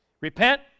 repent